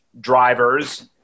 drivers –